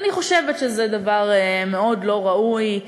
אני חושבת שזה דבר מאוד לא ראוי,